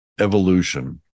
evolution